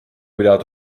without